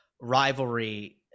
rivalry